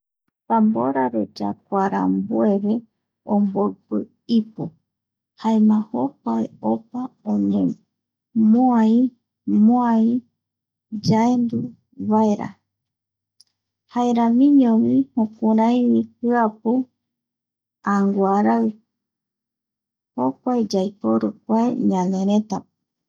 Tambora re yakua rambueve omboipi ipu jaema jokua opa oñe, moai moai yae endu vaera jaeramiñovi jukuraivi jiapu anguarai, jokua yaiporu kua ñaerëtäpe.